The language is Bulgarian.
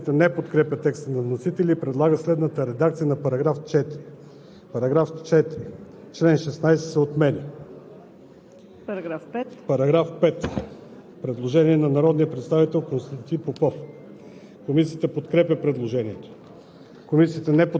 По § 4 има предложение от народния представител Константин Попов. Комисията подкрепя предложението. Комисията не подкрепя текста на вносителя и предлага следната редакция на § 4: „§ 4. Чл. 16 се отменя.“